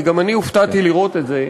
כי גם אני הופתעתי לראות את זה,